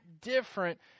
different